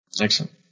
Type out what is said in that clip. Excellent